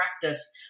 practice